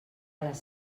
les